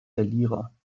verlierer